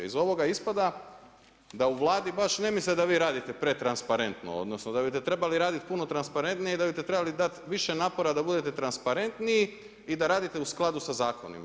Iz ovoga ispada da u Vladi baš ne misle da vi radite pretransparentno, odnosno da biste trebali raditi puno transparentnije i da bi trebali dati više napora da budete transparentniji i da radite u skladu sa zakonima.